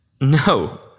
No